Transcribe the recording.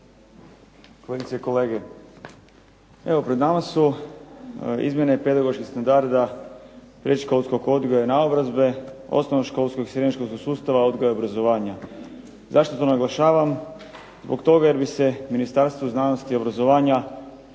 kolegice i kolege. Evo pred nama su izmjene pedagoških standarda predškolskog odgoja i naobrazbe, osnovno školskog i srednje školskog sustava odgoja i obrazovanja. Zašto to naglašavam? Zbog toga jer mi se Ministarstvo znanosti i obrazovanja